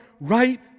right